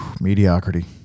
Mediocrity